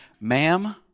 Ma'am